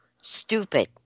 stupid